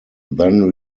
then